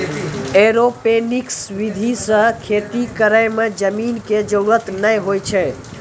aeroponics विधि सॅ खेती करै मॅ जमीन के जरूरत नाय होय छै